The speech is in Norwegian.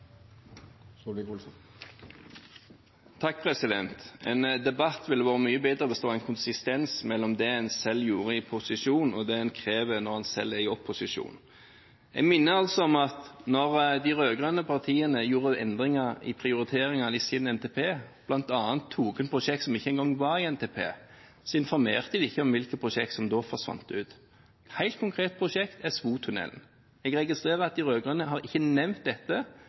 i opposisjon. Jeg vil minne om at da de rød-grønne partiene gjorde endringer i prioriteringene i sin NTP, bl.a. tok inn prosjekter som ikke engang var i NTP, informerte de ikke om hvilke prosjekter som da forsvant ut. Et helt konkret prosjekt er Svotunnelen. Jeg registrerer at de rød-grønne ikke har nevnt dette,